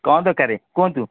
କାଣା ଦରକାର କୁହନ୍ତୁ